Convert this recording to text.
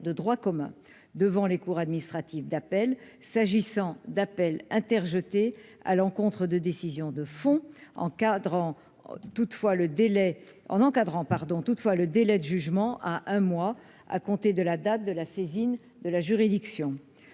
de droit commun devant les cours administratives d'appel s'agissant d'appels interjetés à l'encontre de décisions de fond encadrant toutefois le délai en encadrant pardon toutefois le délais de jugement à un mois à compter de la date de la saisine de la juridiction,